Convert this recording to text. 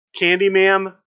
Candyman